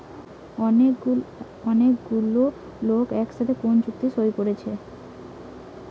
অনেক গুলা লোক একসাথে কোন চুক্তি সই কোরছে